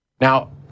Now